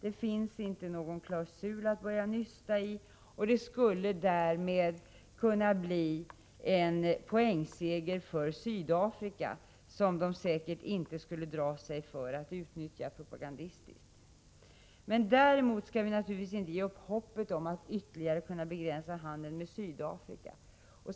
Det finns inte någon klausul att börja nysta i, och det skulle därmed kunna bli fråga om en poängseger för Sydafrika, som man säkert inte skulle dra sig för att utnyttja propagandistiskt. Däremot skall vi naturligtvis inte ge upp hoppet om att ytterligare kunna begränsa handeln med Sydafrika.